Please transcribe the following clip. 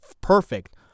perfect